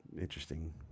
interesting